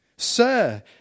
Sir